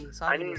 sorry